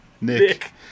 Nick